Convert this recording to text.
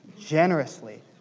generously